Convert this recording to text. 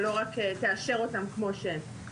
ולא רק תאשר אותם כמו שהם.